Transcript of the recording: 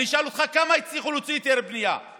אני אשאל אותך: כמה היתרי בנייה הצליחו להוציא?